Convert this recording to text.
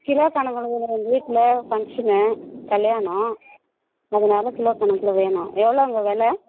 kilo கணக்கில் தான் வேணும் எங்கள் வீட்டில் ஃபங்க்ஷனு கல்யாணம் அதனாலே கிலோ கணக்கில் வேணும் எவ்வளோங்க விலை